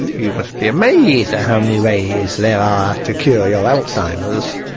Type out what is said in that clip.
you must be amazed at how many ways there are to cure your alzheimer's,